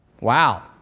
Wow